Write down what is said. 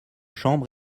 chambres